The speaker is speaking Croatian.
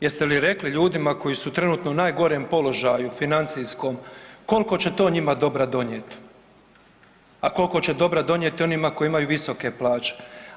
Jeste li rekli ljudima koji su trenutno u najgorem položaju financijskom, kolko će to njima dobra donijet, a kolko će dobra donijeti onima koji imaju visoke plaće?